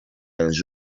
els